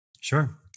Sure